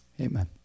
Amen